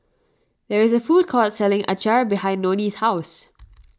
there is a food court selling Acar behind Nonie's house